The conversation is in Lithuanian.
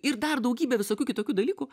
ir dar daugybė visokių kitokių dalykų